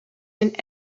een